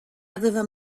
aveva